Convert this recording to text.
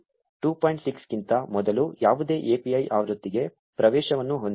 6 ಕ್ಕಿಂತ ಮೊದಲು ಯಾವುದೇ API ಆವೃತ್ತಿಗೆ ಪ್ರವೇಶವನ್ನು ಹೊಂದಿಲ್ಲ